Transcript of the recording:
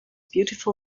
beautiful